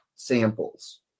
samples